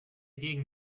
gegen